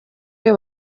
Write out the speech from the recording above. iyo